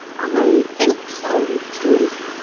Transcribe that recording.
i think so, too,